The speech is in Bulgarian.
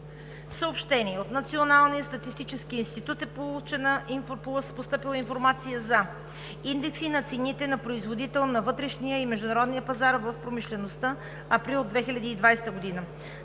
Съобщение: От Националния статистически институт е постъпила информация за: индекси на цените на производител на вътрешния и международния пазар в промишлеността, април 2020 г.;